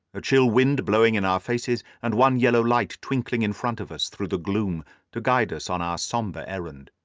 a chill wind blowing in our faces, and one yellow light twinkling in front of us through the gloom to guide us on our sombre errand.